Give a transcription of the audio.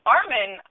Armin